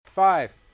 Five